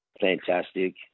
fantastic